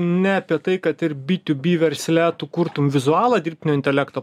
ne apie tai kad ir bitubi versle tu kurtum vizualą dirbtinio intelekto